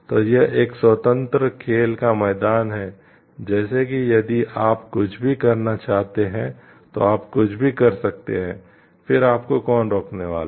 तो यह एक स्वतंत्र खेल का मैदान है जैसे कि यदि आप कुछ भी करना चाहते हैं तो आप कुछ भी कर सकते हैं फिर आपको कौन रोकने वाला है